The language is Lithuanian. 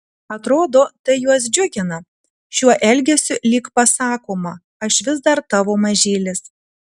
atrodo tai juos džiugina šiuo elgesiu lyg pasakoma aš vis dar tavo mažylis